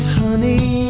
honey